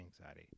anxiety